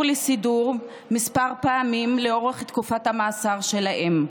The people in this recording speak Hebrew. לסידור כמה פעמים לאורך תקופת המאסר של האם.